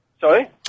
Sorry